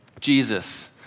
Jesus